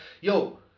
yo